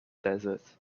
desert